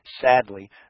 Sadly